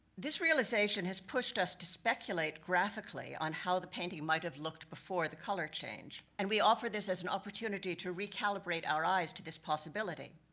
this realization has pushed us to speculate graphically, on how the painting might have looked before the color change. and we offer this as an opportunity to recalibrate our eyes to this possibility.